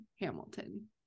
hamilton